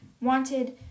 wanted